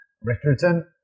Richardson